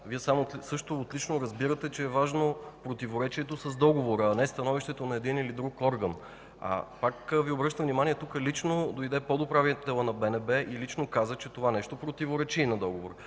Вие също отлично разбирате, че е важно противоречието с Договора, а не становището на един или друг орган. Пак Ви обръщам внимание, тук лично дойде подуправителят на Българската народна банка и каза, че това нещо противоречи и на Договора.